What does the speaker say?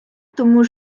тому